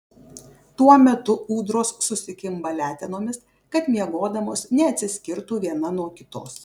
tuo metu ūdros susikimba letenomis kad miegodamos neatsiskirtų viena nuo kitos